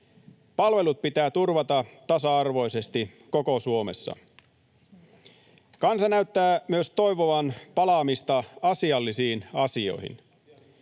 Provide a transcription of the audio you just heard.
Palvelut pitää turvata tasa-arvoisesti koko Suomessa. Kansa näyttää myös toivovan palaamista asiallisiin asioihin,